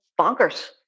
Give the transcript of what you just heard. bonkers